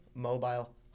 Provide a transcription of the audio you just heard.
mobile